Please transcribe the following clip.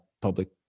public